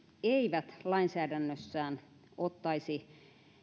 eivät lainsäädännössään ottaisi